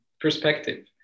perspective